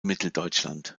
mitteldeutschland